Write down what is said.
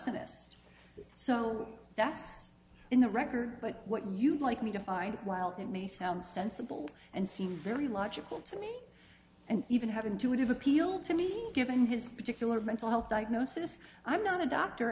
st so that's in the record but what you'd like me to find while it may sound sensible and seem very logical to me and even have intuitive appeal to me given his particular mental health diagnosis i'm not a doctor